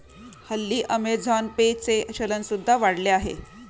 हल्ली Amazon Pay चे चलन सुद्धा वाढले आहे